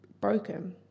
broken